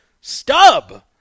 Stub